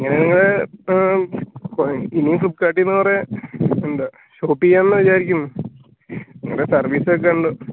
ഇങ്ങനെ ഞങ്ങൾ ഇനിയും ഫ്ലിപ്കാർട്ടിൽ നിന്നു കുറെ ഉണ്ട് ഷോപ്പ് ചെയ്യാൻ വിചാരിക്കുന്നു നിങ്ങളുടെ സർവീസ്